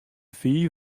fiif